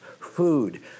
food